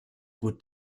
gut